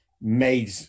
made